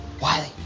Wiley